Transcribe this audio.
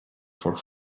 for